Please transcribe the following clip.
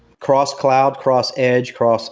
cross-cloud, cross-edge, cross-edge